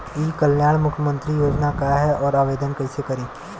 ई कल्याण मुख्यमंत्री योजना का है और आवेदन कईसे करी?